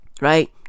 Right